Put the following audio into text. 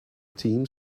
team